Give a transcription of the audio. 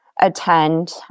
attend